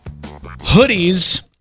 hoodies